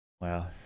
Wow